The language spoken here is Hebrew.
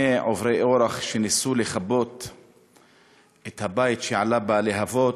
שני עוברי אורח שניסו לכבות את הבית שעלה בלהבות,